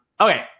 okay